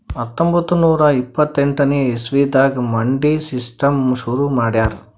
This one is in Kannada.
ಹತ್ತೊಂಬತ್ತ್ ನೂರಾ ಇಪ್ಪತ್ತೆಂಟನೇ ಇಸವಿದಾಗ್ ಮಂಡಿ ಸಿಸ್ಟಮ್ ಶುರು ಮಾಡ್ಯಾರ್